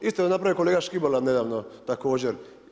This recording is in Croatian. Isto je napravio kolega Škibola, nedavno također.